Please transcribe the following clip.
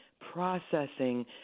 processing